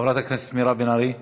חברת הכנסת מירב בן ארי,